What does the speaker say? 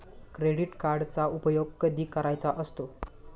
Credit कार्डचा उपयोग कधी करायचा असतो?